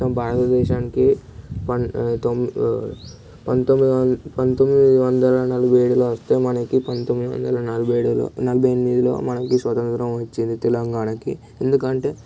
మొత్తం భారతదేశానికి పంతొమ్మిది పంతొమ్మిదివందల నలభై ఏడులో వస్తే మనకి పంతొమ్మిదివందల నలభై ఏడు పంతొమ్మిది వందలలో నలబై ఎనిమిదిలో మనకి స్వంతంత్రం వచ్చింది తెలంగాణకి ఎందుకంటే